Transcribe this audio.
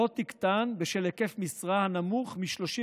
לא תקטן בשל היקף משרה הנמוך מ-36